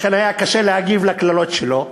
לכן היה קשה להגיב על הקללות שלו,